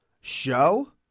show